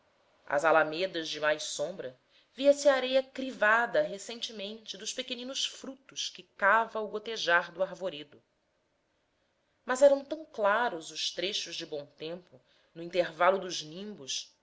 às alamedas de mais sombra via-se a areia crivada recentemente dos pequeninos frutos que cava o gotejar do arvoredo mas eram tão claros os trechos de bom tempo no intervalo dos nimbos